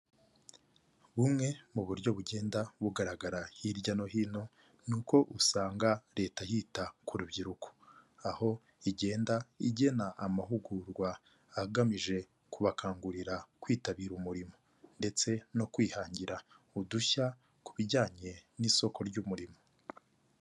Bumwe mu buryo bugenda bugaragara hirya no hino, ni uko usanga leta yihita ku rubyiruko, aho igenda igena amahugurwa agamije kubakangurira kwitabira umurimo. Ndetse no kwihangira udushya, ku bijyanye n'isoko ry'umurimo.